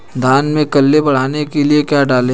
धान में कल्ले बढ़ाने के लिए क्या डालें?